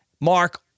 Mark